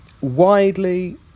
widely